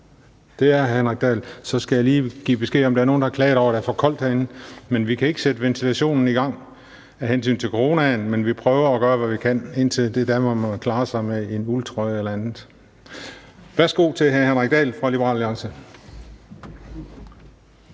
fra Liberal Alliance, skal jeg lige give besked om, at der er nogle, der har klaget over, at der er for koldt herinde. Men vi kan ikke sætte ventilationen i gang af hensyn til coronaen, men vi prøver at gøre, hvad vi kan. Indtil da må man klare sig med en uldtrøje eller andet. Værsgo til hr. Henrik Dahl fra Liberal Alliance.